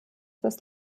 das